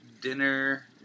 dinner